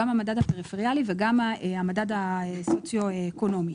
גם המדד הפריפריאלי וגם המדד הסוציו אקונומי,